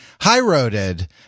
high-roaded